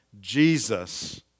Jesus